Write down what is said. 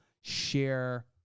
share